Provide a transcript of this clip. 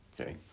Okay